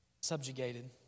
Subjugated